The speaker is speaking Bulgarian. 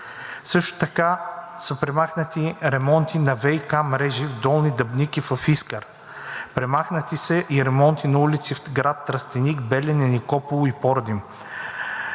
Също така са премахнати ремонти на ВиК мрежи в Долни Дъбник и в Искър. Премахнати са и ремонти на улици в град Тръстеник, Белене, Никопол и Пордим.